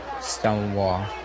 Stonewall